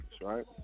right